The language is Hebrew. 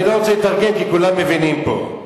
אני לא רוצה לתרגם, כי כולם מבינים פה.